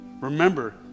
remember